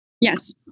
Yes